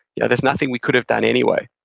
yeah there's nothing we could've done anyway,